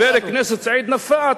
חבר הכנסת סעיד נפאע,